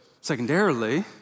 Secondarily